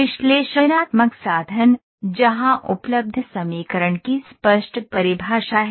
विश्लेषणात्मक साधन जहां उपलब्ध समीकरण की स्पष्ट परिभाषा है